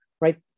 right